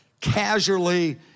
casually